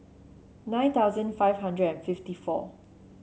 nine thousand five hundred and fifty four